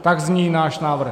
Tak zní náš návrh.